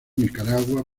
nicaragua